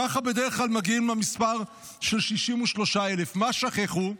ככה בדרך כלל מגיעים למספר של 63,000. מה שכחו?